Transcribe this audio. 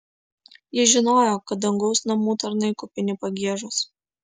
ji žinojo kad dangaus namų tarnai kupini pagiežos